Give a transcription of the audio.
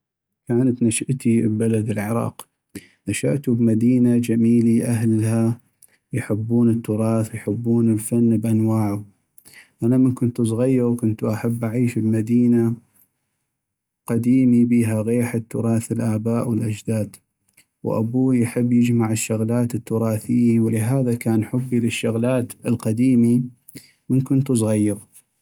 كانت نشأتي ابلد العراق ، نشأتو بمدينة جميلي أهلها يحبون التراث ويحبون الفن بأنواعو ، انا من كنتو صغيغ كنتو احب اعيش بمدينة قديمي بيها غيحت تراث الآباء والأجداد ، وأبوي يحب يجمع الشغلات التراثيي ولهذا كان حبي للشغلات القديمي من كنتو صغيغ.